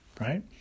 right